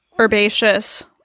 Herbaceous